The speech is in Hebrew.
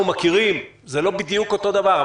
זה לא בדיוק אותו הדבר,